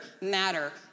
matter